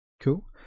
Cool